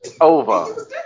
Over